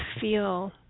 feel